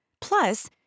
Plus